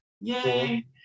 Yay